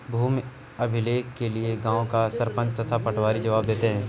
भूमि अभिलेख के लिए गांव का सरपंच तथा पटवारी जवाब देते हैं